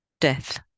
death